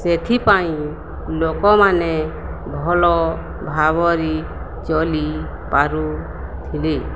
ସେଥିପାଇଁ ଲୋକମାନେ ଭଲ ଭାବରେ ଚଳି ପାରୁଥିଲେ